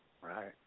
Right